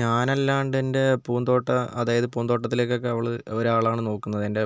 ഞാനല്ലാണ്ട് എൻ്റെ പൂന്തോട്ടം അതായത് പൂന്തോട്ടത്തിലേക്കൊക്കെ അവൾ ഒരാളാണ് നോക്കുന്നത് എൻ്റെ